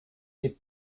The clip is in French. des